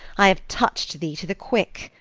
i have touch'd thee to the quick,